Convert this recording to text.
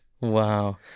Wow